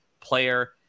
player